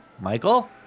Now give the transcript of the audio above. Michael